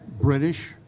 British